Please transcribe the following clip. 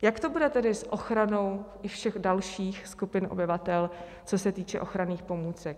Jak to bude tedy s ochranou i všech dalších skupin obyvatel, co se týče ochranných pomůcek?